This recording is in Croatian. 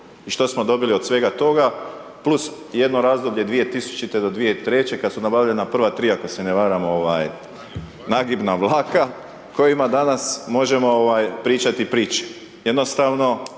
I što smo dobili od svega toga, plus jedno razdoblje 200.-2003. kada su nabavljena prva tri, ako se ne varam nagibna vlaka, kojima danas možemo pričati priče. Jednostavno